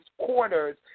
quarters